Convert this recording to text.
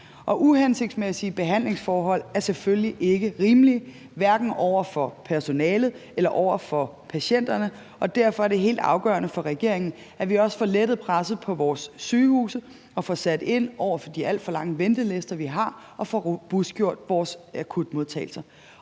Uhensigtsmæssige behandlingsforhold er selvfølgelig ikke rimeligt, hverken over for personalet eller over for patienterne, og derfor er det helt afgørende for regeringen, at vi også får lettet presset på vores sygehuse og får sat ind over for de alt for lange ventelister, vi har, og får robustgjort vores akutmodtagelser.